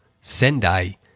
Sendai